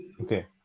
Okay